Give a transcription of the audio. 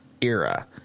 era